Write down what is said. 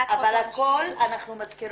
אבל אנחנו מזכירות